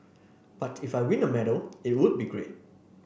but if I win a medal it would be great